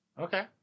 Okay